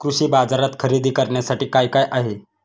कृषी बाजारात खरेदी करण्यासाठी काय काय आहे?